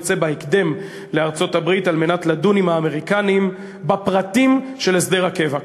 יצא בהקדם לארצות-הברית על מנת לדון עם האמריקנים בפרטים של הסדר הקבע.